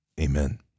Amen